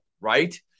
right